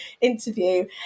interview